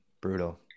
brutal